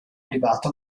privato